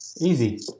Easy